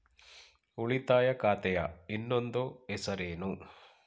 ಉಳಿತಾಯ ಖಾತೆಯ ಇನ್ನೊಂದು ಹೆಸರೇನು?